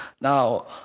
now